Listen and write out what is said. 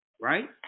right